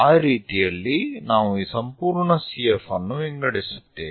ಆ ರೀತಿಯಲ್ಲಿ ನಾವು ಈ ಸಂಪೂರ್ಣ CF ಅನ್ನು ವಿಂಗಡಿಸುತ್ತೇವೆ